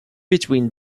between